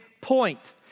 point